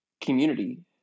community